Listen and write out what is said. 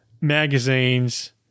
magazines